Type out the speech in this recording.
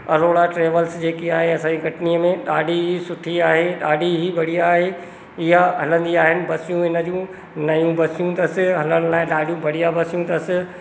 Arora travels जेकी आहे असांजी कटनीअ में ॾाढी ई सुठी आहे ॾाढी ई बढ़िया आहे ईअं हलंदी आहे बसियूं हिन जूं नयूं बसियूं अथस हलण लाइ ॾाढियूं बढ़िया बसियूं अथस